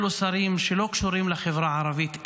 הם שרים שלא קשורים לחברה הערבית.